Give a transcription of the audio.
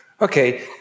Okay